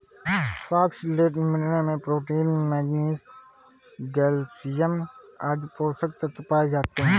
foxtail millet में protein, manganese, magnesium आदि पोषक तत्व पाए जाते है